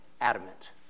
adamant